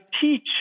teach